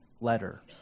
letter